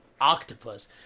octopus